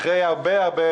אחרי הרבה הרבה